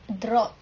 drop